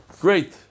great